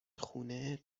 خونه